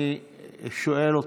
אני שואל אתכם: